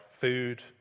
food